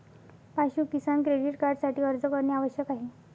पाशु किसान क्रेडिट कार्डसाठी अर्ज करणे आवश्यक आहे